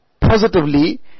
positively